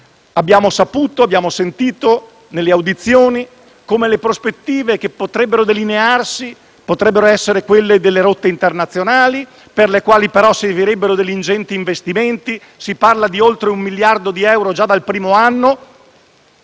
in Commissione abbiamo sentito che le prospettive che potrebbero delinearsi sono quelle delle rotte internazionali, per le quali però servirebbero degli ingenti investimenti. Si parla di oltre un miliardo di euro già dal primo anno;